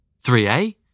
3a